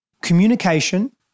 communication